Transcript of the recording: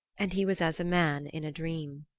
and he was as a man in a dream.